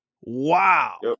Wow